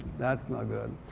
that's not good.